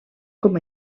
com